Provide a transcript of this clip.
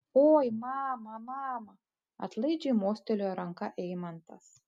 oi mama mama atlaidžiai mostelėjo ranka eimantas